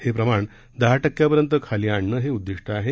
हे प्रमाण दहा टक्क्यापर्यंत खाली आणणं हे उद्दिष्ट आहे